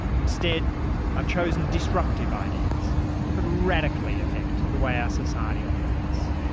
instead i've chosen disruptive ideas that could radically affect the way our society operates.